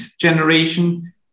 generation